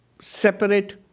separate